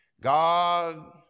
God